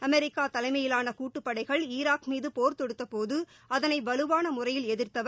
America தலைமையிலான கூட்டுப்படைகள் Iraq மீது போர் தொடுத்தபோது அதனை வலுவான முறையில் எதிர்த்தவர்